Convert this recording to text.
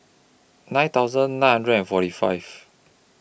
nine thousand nine hundred and forty five